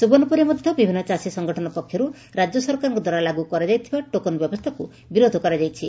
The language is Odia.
ସୁବର୍ଶ୍ଣପୁରରେ ମଧ ବିଭିନ୍ନ ଚାଷୀ ସଂଗଠନ ପକ୍ଷରୁ ରାଜ୍ୟ ସରକାରଙ୍କ ଦ୍ୱାରା ଲାଗୁ କରାଯାଇଥିବା ଟୋକନ ବ୍ୟବସ୍ଥାକୁ ବିରୋଧ କରାଯାଇଛି